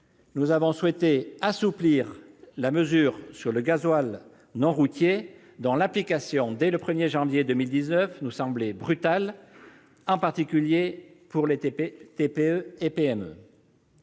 nous avons souhaité assouplir la mesure sur le gazole non routier, le GNR, dont l'application dès le 1 janvier 2019 nous semblait brutale, en particulier pour les TPE et PME.